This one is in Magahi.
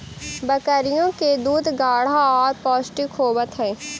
बकरियों के दूध गाढ़ा और पौष्टिक होवत हई